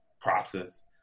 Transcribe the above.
process